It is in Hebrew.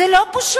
זו לא בושה.